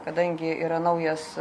kadangi yra naujas